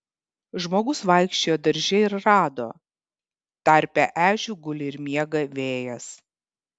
žmogus vaikščiojo darže ir rado tarpe ežių guli ir miega vėjas